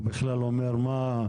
הוא בכלל אמר מה,